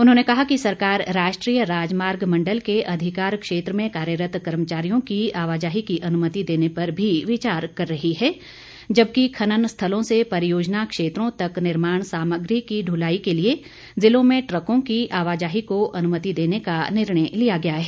उन्होंने कहा कि सरकार राष्ट्रीय राजमार्ग मण्डल के अधिकार क्षेत्र में कार्यरत कर्मचारियों की आवाजाही की अनुमति देने पर भी विचार कर रही है जबकि खनन स्थलों से परियोजना क्षेत्रों तक निर्माण सामग्री की दलाई के लिए जिलों में ट्रकों की आवाजाही को अनुमति देने का निर्णय लिया गया है